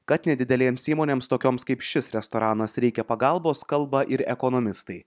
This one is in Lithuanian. kad nedidelėms įmonėms tokioms kaip šis restoranas reikia pagalbos kalba ir ekonomistai